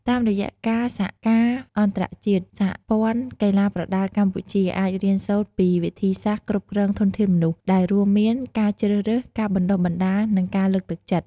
តាមរយៈការសហការអន្តរជាតិ សហព័ន្ធកីឡាប្រដាល់កម្ពុជា អាចរៀនសូត្រពីវិធីសាស្ត្រគ្រប់គ្រងធនធានមនុស្ស ដែលរួមមាន ការជ្រើសរើស ការបណ្តុះបណ្តាល និងការលើកទឹកចិត្ត។